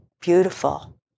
Beautiful